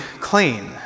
clean